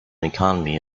economy